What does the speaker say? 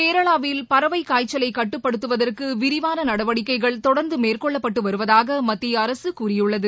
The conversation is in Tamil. கேரளாவில் பறவைக் காய்ச்சலலை கட்டுப்படுத்துவதற்கு விரிவான நடவடிக்கைகள் தொடர்ந்து மேற்கொள்ளப்பட்டு வருவதாக மத்திய அரசு கூறியுள்ளது